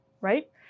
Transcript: right